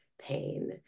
pain